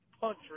punch